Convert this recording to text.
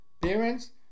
parents